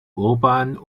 urban